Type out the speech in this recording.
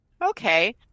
Okay